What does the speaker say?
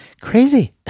crazy